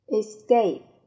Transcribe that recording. escape